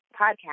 podcast